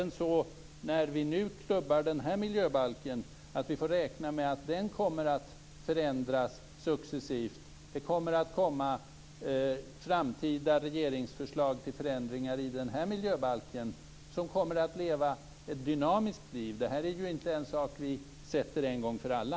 När vi nu klubbar den här miljöbalken får vi ju räkna med att även den kommer att förändras successivt. Det kommer att komma framtida regeringsförslag till förändringar i den här miljöbalken, som kommer att leva ett dynamiskt liv. Det här är ju inget vi bestämmer en gång för alla.